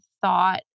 thought